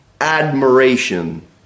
admiration